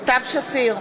סתיו שפיר,